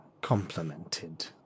complemented